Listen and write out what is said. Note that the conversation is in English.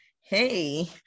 hey